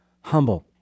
humble